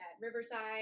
Riverside